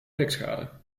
blikschade